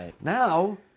now